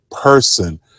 person